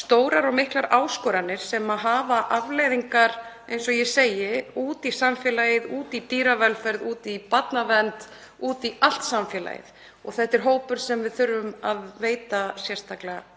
stórar og miklar áskoranir sem hafa afleiðingar, eins og ég segi, út í samfélagið, á dýravelferð, á barnavernd. Þetta er hópur sem við þurfum að veita sérstaka